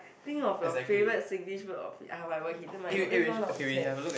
think of your favourite Singlish word or f~ ah whatever K never mind let's